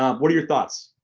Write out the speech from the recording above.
um what are your thoughts?